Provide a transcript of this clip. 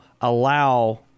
allow